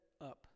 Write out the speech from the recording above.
up